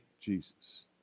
Jesus